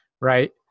right